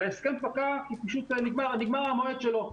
אלא ההסכם פקע כי פשוט נגמר המועד שלו.